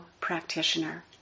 practitioner